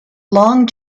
long